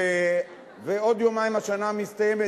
ועוד יומיים השנה מסתיימת,